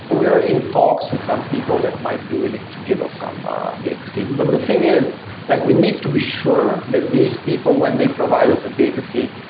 we're in talks with some people that might be willing to give us some data feeds. but the thing is like we need to be sure that these people when they provide us a data feed,